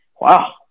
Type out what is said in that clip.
wow